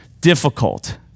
difficult